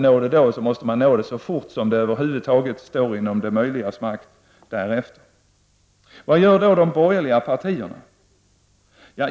Om detta inte är möjligt, måste målet nås så fort därefter som det över huvud taget står inom det möjligas makt. Vad gör då de borgerliga partierna?